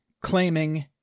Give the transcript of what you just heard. claiming